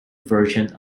version